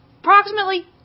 approximately